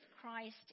Christ